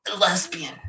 lesbian